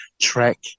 track